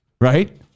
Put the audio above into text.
Right